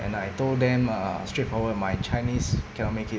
and I told them err straightforward my chinese cannot make it